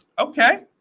Okay